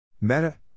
Meta